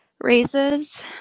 Raises